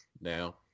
now